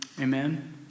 Amen